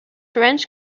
range